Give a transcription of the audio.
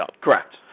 Correct